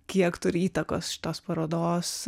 kiek turi įtakos šitos parodos